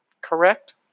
Correct